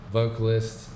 vocalist